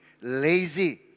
lazy